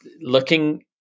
looking